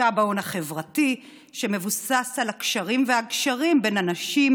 השקעה בהון החברתי שמבוסס על הקשרים והגשרים בין אנשים,